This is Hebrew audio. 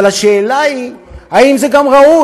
אבל השאלה היא, האם זה גם ראוי?